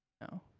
No